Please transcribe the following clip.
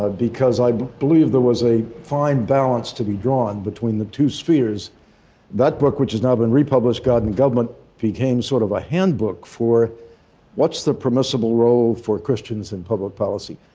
ah because i believed there was a fine balance to be drawn between the two spheres that book which has now been republished, god and government, became sort of a handbook for what's the permissible role for christians in public policy.